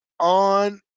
on